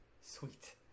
sweet